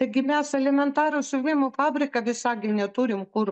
taigi mes elementarų siuvimo fabriką visagine turim kur